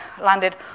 landed